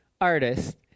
artist